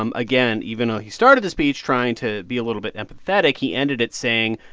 um again, even though he started the speech trying to be a little bit empathetic, he ended it saying,